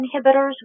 inhibitors